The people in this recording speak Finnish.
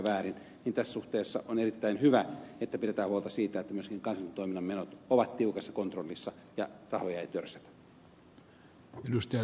tässä suhteessa on erittäin hyvä että pidetään huolta siitä että myöskin kansainvälisen toiminnan menot ovat tiukassa kontrollissa ja rahoja ei törsätä